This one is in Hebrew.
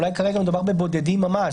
אולי כרגע מדובר בבודדים ממש,